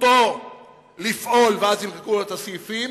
זכותו לפעול ואז ימחקו לו את הסעיפים,